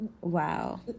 wow